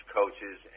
coaches